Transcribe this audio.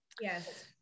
Yes